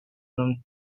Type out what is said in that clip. from